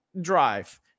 drive